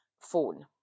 Phone